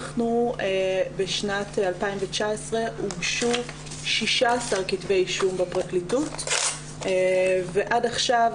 בשנת 2019 הוגשו 16 כתבי אישום בפרקליטות ועד עכשיו,